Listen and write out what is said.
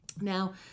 Now